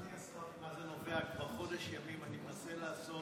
ממה זה נובע, כבר חודש ימים אני מנסה לעשות